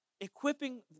equipping